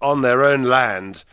on their own land,